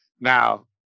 Now